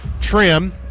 trim